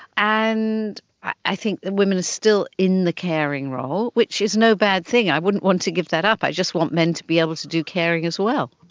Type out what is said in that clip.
and i think that women are still in the caring role, which is no bad thing. i wouldn't want to give that up, i just want men to be able to do caring as well.